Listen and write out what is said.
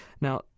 Now